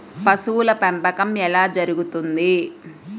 పశువుల పెంపకం ఎలా జరుగుతుంది?